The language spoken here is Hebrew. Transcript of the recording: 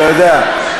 אתה יודע,